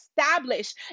establish